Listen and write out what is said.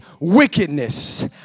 wickedness